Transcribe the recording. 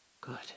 Good